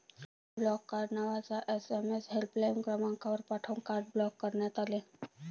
block card नावाचा SMS helpline क्रमांकावर पाठवून कार्ड ब्लॉक करण्यात आले